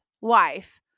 wife